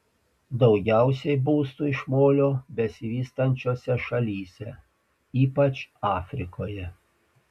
daugiausiai būstų iš molio besivystančiose šalyse ypač afrikoje